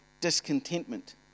discontentment